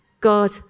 God